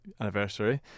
anniversary